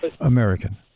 American